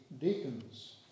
deacons